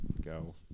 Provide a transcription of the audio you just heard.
Go